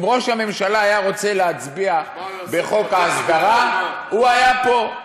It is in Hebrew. אם ראש הממשלה היה רוצה להצביע בחוק ההסדרה הוא היה פה.